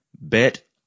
Bet